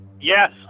Yes